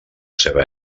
seva